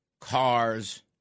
cars